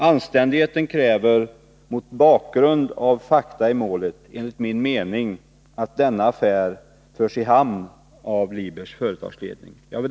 Anständigheten kräver, mot bakgrund av fakta i målet, enligt min mening att denna affär förs i hamn av Libers företagsledning.